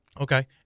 Okay